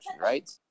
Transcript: right